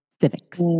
civics